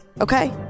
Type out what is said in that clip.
Okay